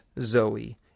Zoe